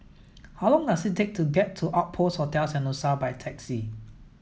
how long does it take to get to Outpost Hotel Sentosa by taxi